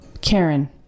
Karen